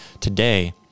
today